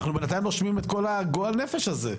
אנחנו בינתיים נושמים את כל הגועל נפש הזה.